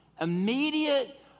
Immediate